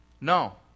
No